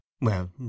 Well